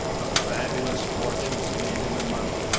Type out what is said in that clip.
of fabulous fortunes made in a month,